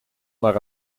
naar